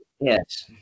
yes